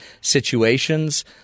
situations